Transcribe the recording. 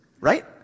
right